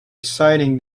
exciting